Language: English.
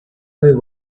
only